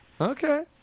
okay